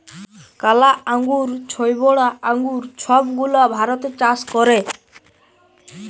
কালা আঙ্গুর, ছইবজা আঙ্গুর ছব গুলা ভারতে চাষ ক্যরে